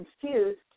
confused